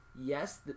yes